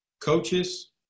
coaches